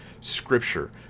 scripture